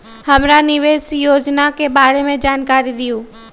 हमरा निवेस योजना के बारे में जानकारी दीउ?